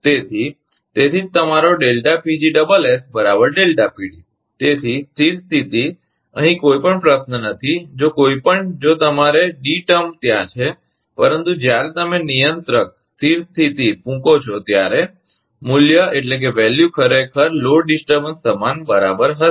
તેથી તેથી જ તમારો તેથી સ્થિર સ્થિતી અહીં કોઈ પણ પ્રશ્ન નથી જો કોઈ પણ જો તમારો ડી ટર્મ ત્યાં છે પરંતુ જ્યારે તમે નિયંત્રક સ્થિર સ્થિતિ મૂકો છો ત્યારે મૂલ્ય ખરેખર લોડ વિક્ષેપ સમાન બરાબર હશે